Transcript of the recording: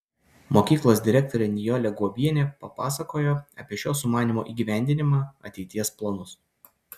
mokyklos direktorė nijolė guobienė papasakojo apie šio sumanymo įgyvendinimą ateities planus